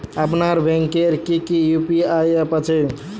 আপনার ব্যাংকের কি কি ইউ.পি.আই অ্যাপ আছে?